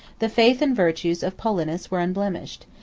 the faith and virtues of paulinus were unblemished.